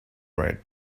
red